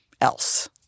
else